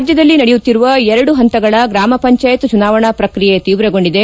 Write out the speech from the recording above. ರಾಜ್ಞದಲ್ಲಿ ನಡೆಯುತ್ತಿರುವ ಎರಡು ಹಂತಗಳ ಗ್ರಾಮ ಪಂಚಾಯತ್ ಚುನಾವಣಾ ಪ್ರಕ್ರಿಯೆ ತೀವ್ರಗೊಂಡಿದೆ